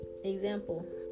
Example